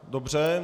Dobře.